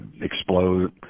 explode